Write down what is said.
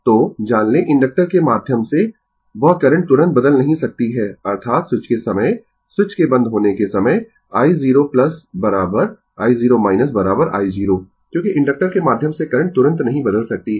तो जान लें इंडक्टर के माध्यम से वह करंट तुरंत बदल नहीं सकती है अर्थात स्विच के समय स्विच के बंद होने के समय i0 i0 i0 क्योंकि इंडक्टर के माध्यम से करंट तुरंत नहीं बदल सकती है